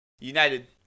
United